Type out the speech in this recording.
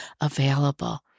available